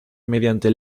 mediante